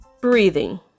breathing